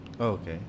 Okay